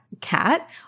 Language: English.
cat